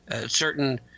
certain –